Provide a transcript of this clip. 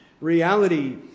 reality